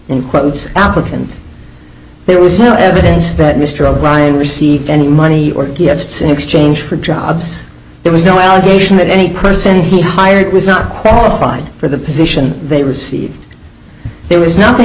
quotes applique and there was no evidence that mr o'brien received any money or gifts in exchange for jobs there was no allegation that any person he hired was not qualified for the position they received there was nothing